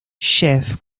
jeff